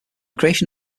creation